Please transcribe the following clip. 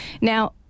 Now